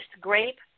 grape